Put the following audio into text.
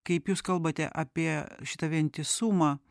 kaip jūs kalbate apie šitą vientisumą